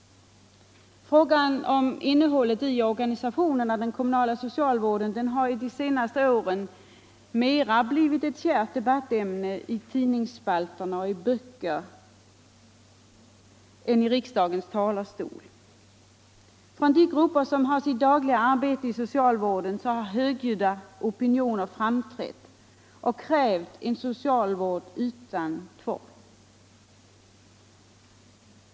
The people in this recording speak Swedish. Frågan om innehållet i och organisationen av den kommunala socialvården har de senaste åren blivit ett kärt debattämne, mer i tidningsspalter och böcker än i riksdagens talarstol. Från de grupper som har sitt dagliga . arbete i socialvården har högljudda opinioner framträtt och krävt en socialvård utan tvång.